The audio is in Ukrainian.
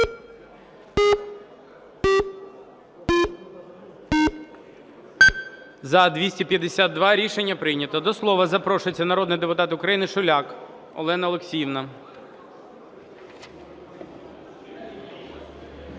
За-252 Рішення прийнято. До слова запрошується народний депутат України Шуляк Олена Олексіївна.